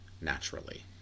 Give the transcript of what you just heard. naturally